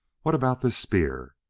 what about this spear?